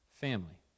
family